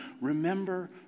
remember